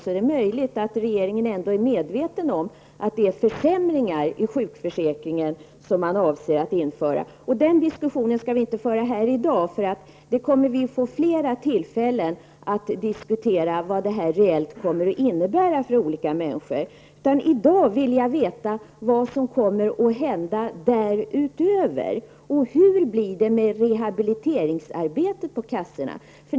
Det är möjligt att regeringen ändå är medveten om att det är försämringar i sjukförsäkringen som man avser att införa. Den diskussionen skall vi inte föra här i dag. Vi kommer att få fler tillfällen att diskutera vad detta kommer att innebära reellt för olika människor. I dag vill jag veta vad som kommer att hända därutöver. Hur blir det med rehabiliteringsarbetet på försäkringskassorna?